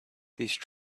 these